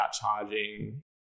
charging